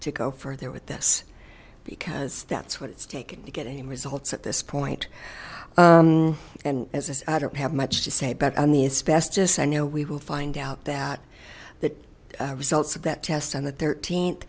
to go further with this because that's what it's taken to get any results at this point and as i don't have much to say but on the asbestos i know we will find out that the results of that test on the th